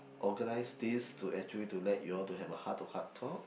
organize this to actually to let you all to have a heart to heart talk